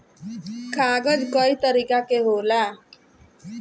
कागज कई तरीका के होला